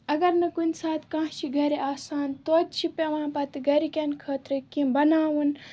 اَگر نہٕ کُنہِ ساتہٕ کانٛہہ چھِ گَرِ آسان توتہِ چھِ پیٚوان پَتہٕ گَرکٮ۪ن خٲطرٕ کیٚنٛہہ بَناوُن